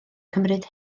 cymryd